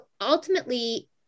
ultimately